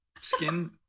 skin